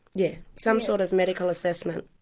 yeah, some sort of medical assessment.